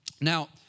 Now